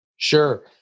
Sure